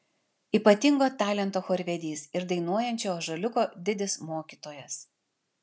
ypatingo talento chorvedys ir dainuojančio ąžuoliuko didis mokytojas